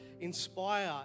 inspire